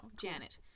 Janet